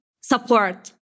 support